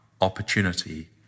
opportunity